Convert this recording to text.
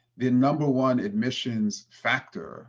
the number one admissions factor